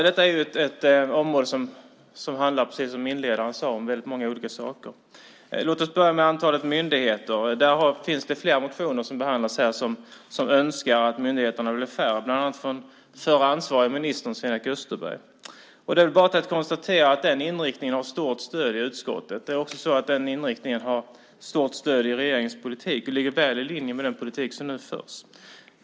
Detta är ett område som handlar, precis som inledaren sade, om väldigt många olika saker. Låt oss börja med antalet myndigheter. Det finns flera motioner som behandlas här där man önskar att myndigheterna blir färre, bland annat från förre ansvarige ministern Sven-Erik Österberg. Det är väl bara att konstatera att den inriktningen har stort stöd i utskottet. Den inriktningen har också stort stöd i regeringens politik. Den ligger väl i linje med den politik som nu förs.